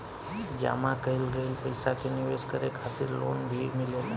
जामा कईल गईल पईसा के निवेश करे खातिर लोन भी मिलेला